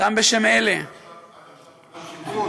גם בשם אלה, עד עכשיו כולם שיבחו אותי.